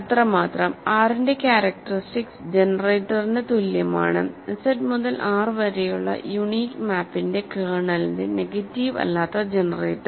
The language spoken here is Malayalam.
അത്രമാത്രം R ന്റെ ക്യാരക്ടറിസ്റ്റിക്സ് ജനറേറ്ററിന് തുല്യമാണ് Z മുതൽ R വരെയുള്ള യൂണീക് മാപ്പിന്റെ കേർണലിന്റെ നെഗറ്റീവ് അല്ലാത്ത ജനറേറ്റർ